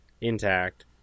intact